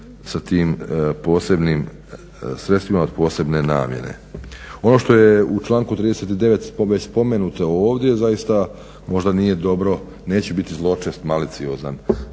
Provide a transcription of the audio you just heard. sa tim posebnim sredstvima od posebne namjene. Ono što je u članku 39. već spomenuto ovdje, zaista možda nije dobro, neću biti zločest, maliciozan,